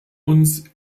uns